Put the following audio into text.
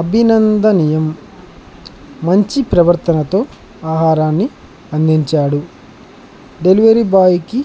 అభినందనీయం మంచి ప్రవర్తనతో ఆహారాన్ని అందించాడు డెలివరీ బాయ్కి